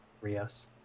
Rios